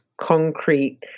concrete